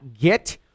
get